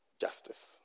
Justice